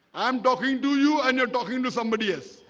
i'm talking to you and you're talking to somebody else.